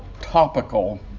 topical